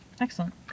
Excellent